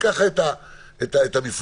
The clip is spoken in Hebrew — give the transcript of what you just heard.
הוא היום ה-13 שלו במתקן הכליאה.